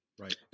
Right